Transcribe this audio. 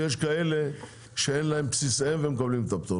ויש כאלה שאין להם בסיס אם והם מקבלים את הפטור,